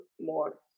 more